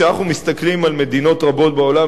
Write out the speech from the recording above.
כשאנחנו מסתכלים על מדינות רבות בעולם,